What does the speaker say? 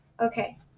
Okay